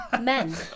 men